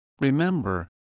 Remember